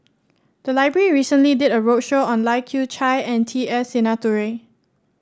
the library recently did a roadshow on Lai Kew Chai and T S Sinnathuray